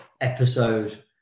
episode